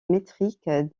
métrique